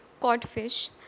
codfish